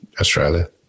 Australia